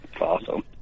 Awesome